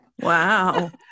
Wow